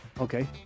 Okay